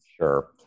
Sure